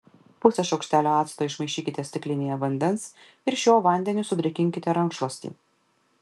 pusę šaukštelio acto išmaišykite stiklinėje vandens ir šiuo vandeniu sudrėkinkite rankšluostį